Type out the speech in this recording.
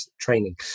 training